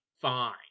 fine